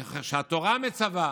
איך שהתורה מצווה.